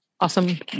Awesome